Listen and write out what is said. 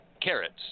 carrots